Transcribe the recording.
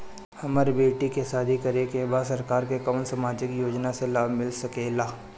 हमर बेटी के शादी करे के बा सरकार के कवन सामाजिक योजना से लाभ मिल सके ला?